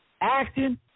acting